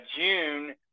June